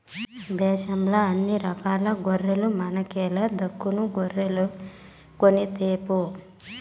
దేశంల అన్ని రకాల గొర్రెల మనకేల దక్కను గొర్రెలు కొనితేపో